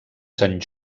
sant